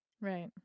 Right